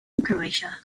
croatia